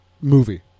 movie